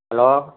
hello